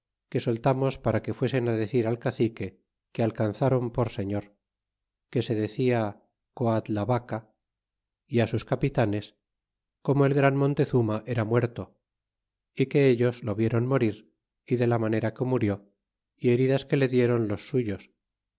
que soltamos para que fuesen decir al cacique que alzáron por señor que se decia coadlavaca y á sus capitanes como el gran montezuma era muerto y que ellos lo vieron morir y de la manera que murió y heridas que le dieron los suyos